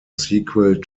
sequel